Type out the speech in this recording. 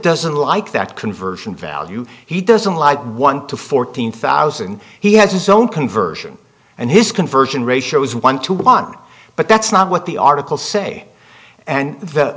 doesn't like that conversion value he doesn't like one to fourteen thousand he has his own conversion and his conversion ratio is one to one but that's not what the article say and the